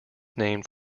named